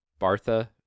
Bartha